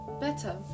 better